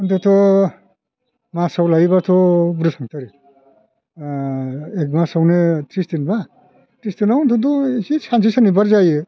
अन्थथ' मासाव लायोबाथ' बुरजा थांथारो एग मासावनो थ्रिस दिनबा थ्रिसदिनाव अन्थ'थ' एसे सानसे सान्नै बार जायो